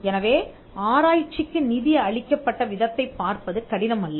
எனவே ஆராய்ச்சிக்கு நிதி அளிக்கப்பட்ட விதத்தைப் பார்ப்பது கடினம் அல்ல